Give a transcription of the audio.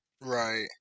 Right